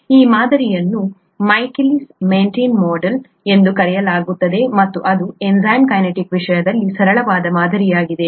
ಈ ಮಾದರಿಯನ್ನು Michaelis Menten model ಎಂದು ಕರೆಯಲಾಗುತ್ತದೆ ಮತ್ತು ಇದು ಎನ್ಝೈಮ್ ಕೈನೆಟಿಕ್ ವಿಷಯದಲ್ಲಿ ಸರಳವಾದ ಮಾದರಿಯಾಗಿದೆ